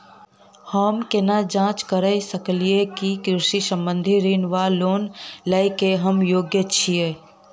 हम केना जाँच करऽ सकलिये की कृषि संबंधी ऋण वा लोन लय केँ हम योग्य छीयै?